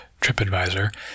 TripAdvisor